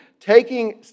Taking